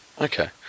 Okay